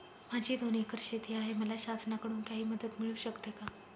माझी दोन एकर शेती आहे, मला शासनाकडून काही मदत मिळू शकते का?